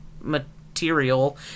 material